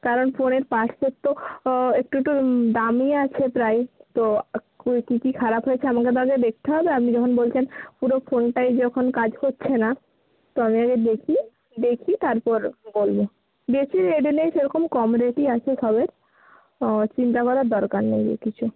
কারণ ফোনের পার্টসের তো একটু তো দামি আছে প্রাইস তো কো কী কী খারাপ হয়েছে আমাকে তো আগে দেখতে হবে আপনি যখন বলছেন পুরো ফোনটাই যখন কাজ করছে না তো আমি আগে দেখি দেখি তারপর বলবো বেশি রেট নেই সেরকম কম রেটই আছে সবের ও চিন্তা করার দরকার নেই কিছু